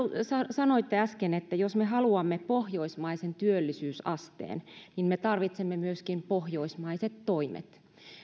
sanoitte äsken että jos me haluamme pohjoismaisen työllisyysasteen niin me tarvitsemme myöskin pohjoismaiset toimet